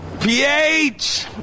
PH